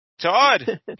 Todd